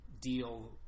deal